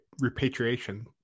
repatriation